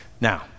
Now